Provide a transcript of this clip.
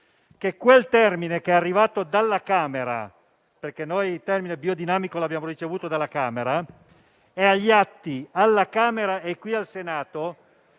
quel termine è arrivato dalla Camera, perché il termine biodinamico lo abbiamo ricevuto da lì; è agli atti, alla Camera e al Senato,